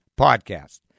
Podcast